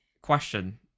Question